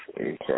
Okay